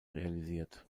realisiert